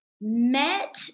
met